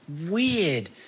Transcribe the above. weird